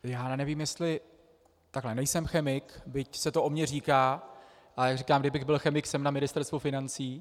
Já nevím, jestli nejsem chemik, byť se to o mně říká, ale říkám, kdybych byl chemik, jsem na Ministerstvu financí.